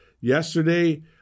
yesterday